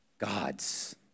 gods